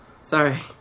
sorry